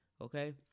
okay